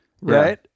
Right